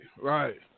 Right